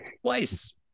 Twice